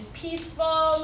peaceful